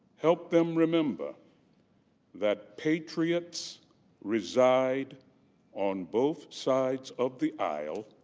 help them remember that patriots reside on both sides of the aisle